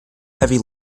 heavy